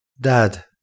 Dad